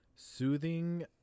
Soothing